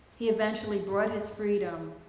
he eventually bought his freedom,